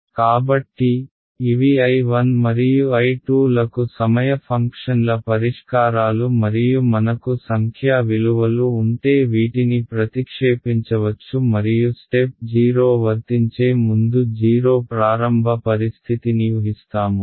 కాబట్టి ఇవి I 1 మరియు I 2 లకు సమయ ఫంక్షన్ల పరిష్కారాలు మరియు మనకు సంఖ్యా విలువలు ఉంటే వీటిని ప్రతిక్షేపించవచ్చు మరియు స్టెప్ 0 వర్తించే ముందు 0 ప్రారంభ పరిస్థితిని ఉహిస్తాము